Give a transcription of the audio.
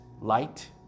light